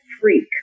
freak